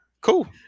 Cool